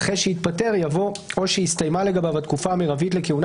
אחרי "שהתפטר" יבוא "או שהסתיימה לגביו התקופה המרבית לכהונה